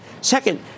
Second